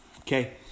Okay